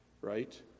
right